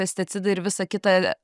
pesticidai ir visa kita